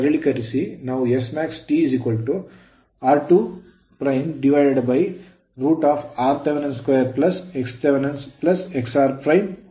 ನಾವು smaxT r2'√rth2xthxr2 ಇದು ಸಮೀಕರಣ 28